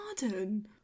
garden